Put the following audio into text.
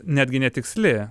netgi netiksli